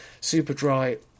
Superdry